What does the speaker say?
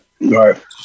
right